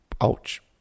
Ouch